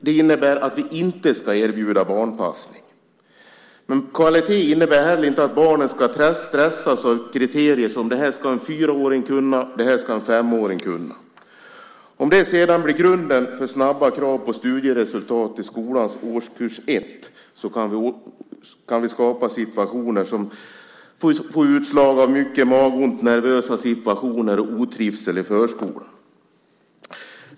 Det innebär att vi inte ska erbjuda barnpassning. Kvalitet innebär heller inte att barnen ska stressas av kriterier som att det här ska en fyraåring kunna och det här ska en femåring kunna. Om det sedan blir grunden för snabba krav på studieresultat i skolans årskurs 1 kan det skapa situationer med mycket magont, nervositet och otrivsel i förskolan.